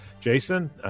Jason